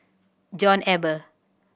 John Eber